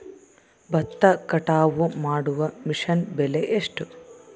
ಭತ್ತ ಕಟಾವು ಮಾಡುವ ಮಿಷನ್ ಬೆಲೆ ಎಷ್ಟು?